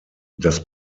das